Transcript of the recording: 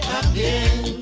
again